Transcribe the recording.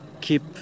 keep